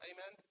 Amen